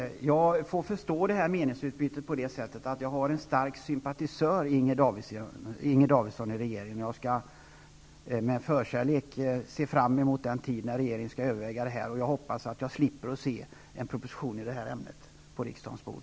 Herr talman! Jag förstår meningsutbytet på det sättet att jag i regeringen har en stark sympatisör i Inger Davidson, och jag skall med förkärlek se fram emot den tid då regeringen skall övervägan den här frågan. Jag hoppas att jag slipper se en proposition i det här ämnet på riksdagens bord.